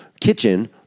kitchen